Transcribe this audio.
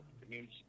community